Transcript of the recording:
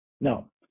No